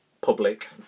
public